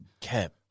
Cab